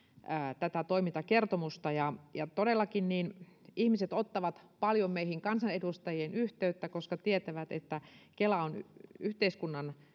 tätä toimintakertomusta ja ja todellakin ihmiset ottavat paljon meihin kansanedustajiin yhteyttä koska tietävät että kela on yhteiskunnan